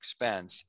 expense